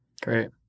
Great